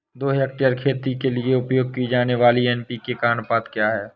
दो हेक्टेयर खेती के लिए उपयोग की जाने वाली एन.पी.के का अनुपात क्या है?